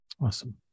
Awesome